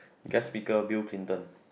guest speaker Bill Clinton